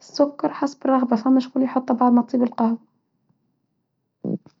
السكر حسب الرغبة فما شغول يحطه بعد ما تطيب القهوة.